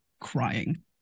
crying